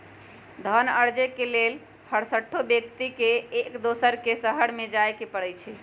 धन अरजे के लेल हरसठ्हो व्यक्ति के एक दोसर के शहरमें जाय के पर जाइ छइ